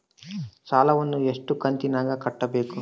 ಸಾಲವನ್ನ ಎಷ್ಟು ಕಂತಿನಾಗ ಕಟ್ಟಬೇಕು?